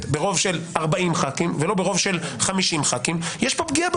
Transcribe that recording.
ברוב של 40 חברי כנסת ולא ברוב של 50 חברי כנסת,